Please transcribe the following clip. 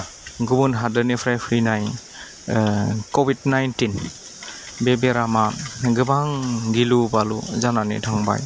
गुबुन हादोरनिफ्राय फैनाय कभिड नाइनटिन बे बेरामा गोबां गिलु बालु जानानै थांबाय